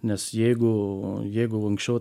nes jeigu jeigu anksčiau